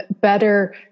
better